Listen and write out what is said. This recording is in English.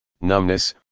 numbness